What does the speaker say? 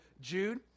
Jude